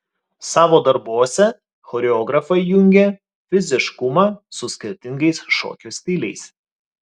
savo darbuose choreografai jungia fiziškumą su skirtingais šokio stiliais